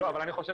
אבל אני חושב